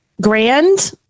Grand